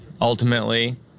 ultimately